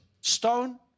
Stone